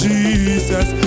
Jesus